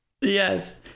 Yes